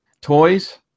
toys